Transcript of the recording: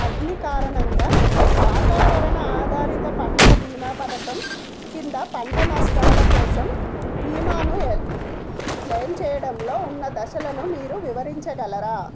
అగ్ని కారణంగా వాతావరణ ఆధారిత పంట బీమా పథకం కింద పంట నష్టాల కోసం బీమాను క్లెయిమ్ చేయడంలో ఉన్న దశలను మీరు వివరించగలరా